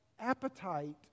appetite